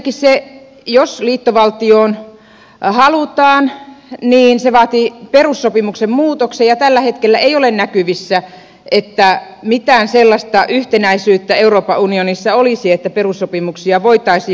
ensinnäkin jos liittovaltioon halutaan niin se vaatii perussopimuksen muutoksen ja tällä hetkellä ei ole näkyvissä että mitään sellaista yhtenäisyyttä euroopan unionissa olisi että perussopimuksia voitaisiin muuttaa